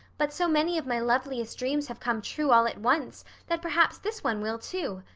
but so many of my loveliest dreams have come true all at once that perhaps this one will, too.